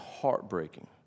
heartbreaking